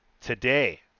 today